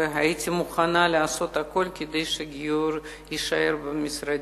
והייתי מוכנה לעשות הכול כדי שהגיור יישאר במשרדי.